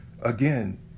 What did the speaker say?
Again